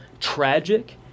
tragic